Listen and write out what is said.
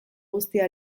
guztia